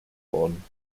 worden